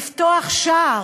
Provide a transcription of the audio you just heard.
לפתוח שער,